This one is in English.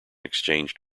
exchanged